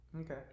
Okay